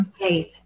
faith